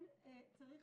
צריך